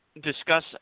discuss